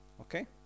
okay